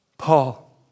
Paul